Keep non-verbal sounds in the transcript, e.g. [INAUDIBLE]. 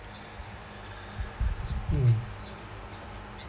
[BREATH] mm